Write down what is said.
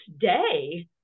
day